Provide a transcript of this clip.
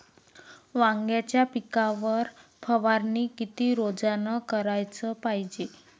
वांग्याच्या पिकावर फवारनी किती रोजानं कराच पायजे?